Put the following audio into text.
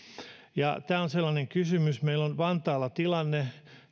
tämä on sellainen kysymys meillä on vantaalla tilanne